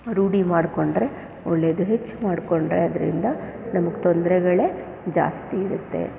ರೂಢಿ ಮಾಡಿಕೊಂಡ್ರೆ ಒಳ್ಳೇದು ಹೆಚ್ಚು ಮಾಡಿಕೊಂಡ್ರೆ ಅದರಿಂದ ನಮ್ಗೆ ತೊಂದರೆಗಳೇ ಜಾಸ್ತಿ ಇರುತ್ತೆ